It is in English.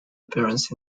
appearance